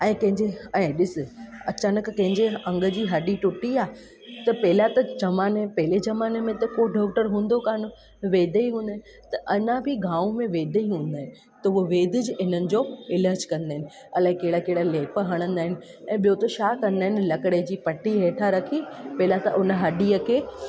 ऐं कंहिंजे ऐं ॾिसु अचानक कंहिंजे अङ जी हॾी टुटी आहे त पहिलां त ज़मानो पहिले ज़माने में त को डॉक्टर हूंदो कान वैद्य ई हुया त अञां बि गांव में वैद्य हूंदा आहिनि त उहो वैद्यिच इन्हनि जो इलाजु कंदा आहिनि अलाए कहिड़ा कहिड़ा लेप हणंदा आहिनि ऐं ॿियो बि छा कंदा आहिनि लकड़े जी पटी हेठां रखी पहिलां त उन हॾीअ खे